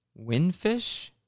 Windfish